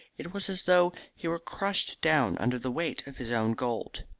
it was as though he were crushed down under the weight of his own gold.